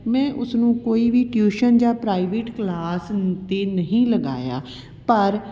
ਮੈਂ ਉਸਨੂੰ ਕੋਈ ਵੀ ਟਿਊਸ਼ਨ ਜਾਂ ਪ੍ਰਾਈਵੇਟ ਕਲਾਸ 'ਤੇ ਨਹੀਂ ਲਗਾਇਆ ਪਰ